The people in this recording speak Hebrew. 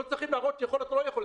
לא צריכים להראות יכולת או לא יכולת.